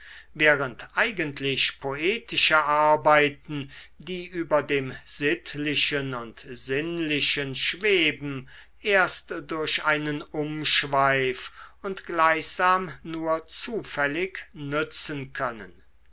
während eigentlich poetische arbeiten die über dem sittlichen und sinnlichen schweben erst durch einen umschweif und gleichsam nur zufällig nützen können